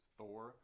Thor